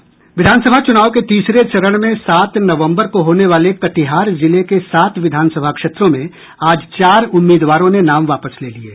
विधानसभा चूनाव के तीसरे चरण में सात नवम्बर को होने वाले कटिहार जिले के सात विधानसभा क्षेत्रों में आज चार उम्मीदवारों ने नाम वापस ले लिये